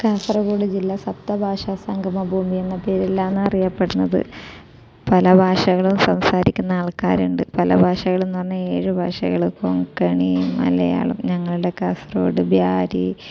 കാസർഗോഡ് ജില്ല സപ്തഭാഷ സംഗമഭൂമി എന്ന പേരിലാണ് അറിയപ്പെടുന്നത് പല ഭാഷകളും സംസാരിക്കുന്ന ആൾക്കാരുണ്ട് പല ഭാഷകൾ എന്ന് പറഞ്ഞാൽ ഏഴ് ഭാഷകൾ ഇപ്പം കൊങ്കണി മലയാളം ഞങ്ങളുടെ കാസർഗോഡ് ബ്യാരി